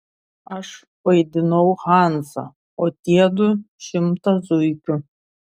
aš vaidinau hansą o tie du šimtą zuikių